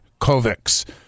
Kovacs